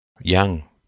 young